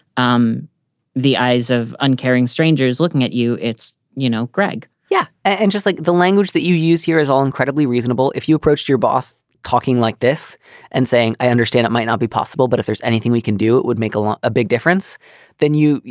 um the eyes of uncaring strangers looking at you, it's, you know. gregg yeah. and just like the language that you use here is all incredibly reasonable. if you approach your boss talking like this and saying, i understand it might not be possible, but if there's anything we can do, it would make a ah big difference than you.